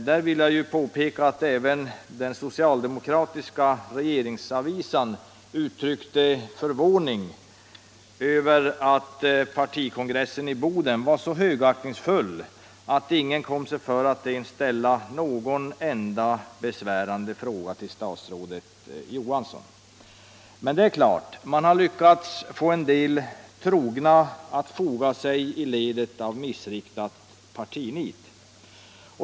Jag vill påpeka att även den socialdemokratiska regeringsavisan uttryckte förvåning över att partikongressen i Boden var så högaktningsfull att ingen kom sig för att ens ställa någon enda besvärande fråga till statsrådet Johansson. Men det är klart att man lyckats få en del trogna att foga sig i ledet av missriktat partinit.